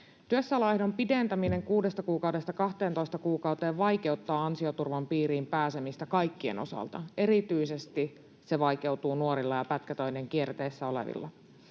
Työssäoloehdon pidentäminen 6 kuukaudesta 12 kuukauteen vaikeuttaa ansioturvan piiriin pääsemistä kaikkien osalta. Erityisesti se vaikeutuu nuorilla ja pätkätöiden kierteessä olevilla.